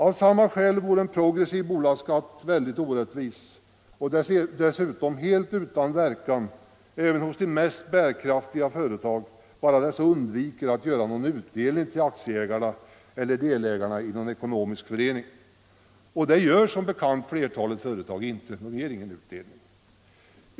Av samma skäl vore en progressiv bolagsskatt väldigt orättvis och dessutom helt utan verkan även hos de mest bärkraftiga företagen bara dessa undviker att göra någon utdelning till aktieägarna eller delägarna i en ekonomisk förening. Och det gör som bekant flertalet företag — de ger ingen utdelning.